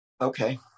okay